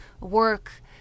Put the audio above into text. work